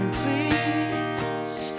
please